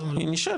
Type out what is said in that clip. לא, היא נשארת.